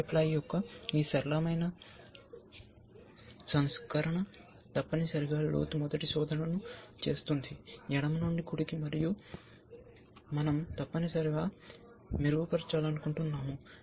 K ply యొక్క ఈ సరళమైన సంస్కరణ తప్పనిసరిగా లోతు మొదటి శోధనను చేస్తుంది ఎడమ నుండి కుడికి మరియు మనం తప్పనిసరిగా మెరుగుపరచాలనుకుంటున్నాము